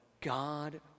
God